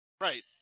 Right